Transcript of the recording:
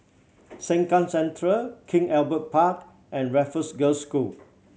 Sengkang Central King Albert Park and Raffles Girls' School